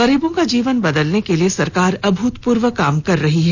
गरीबों का जीवन बदलने के लिए सरकार अभूतपूर्व काम कर रही है